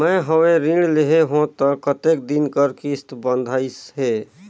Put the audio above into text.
मैं हवे ऋण लेहे हों त कतेक दिन कर किस्त बंधाइस हे?